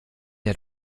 der